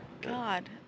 God